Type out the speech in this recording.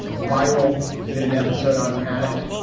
viral. did an episode on panic.